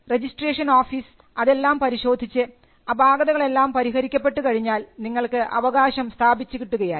registration office അതെല്ലാം പരിശോധിച്ച് അപാകതകൾ എല്ലാം പരിഹരിക്കപ്പെട്ടു കഴിഞ്ഞാൽ നിങ്ങൾക്ക് അവകാശം സ്ഥാപിച്ചു കിട്ടുകയായി